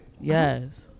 yes